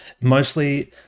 mostly